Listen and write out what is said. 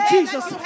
Jesus